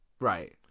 Right